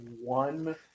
one